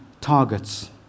targets